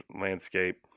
landscape